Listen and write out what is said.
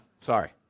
sorry